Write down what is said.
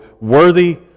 worthy